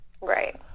Right